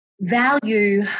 value